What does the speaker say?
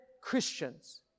Christians